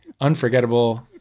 unforgettable